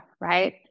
right